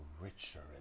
richer